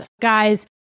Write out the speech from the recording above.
guys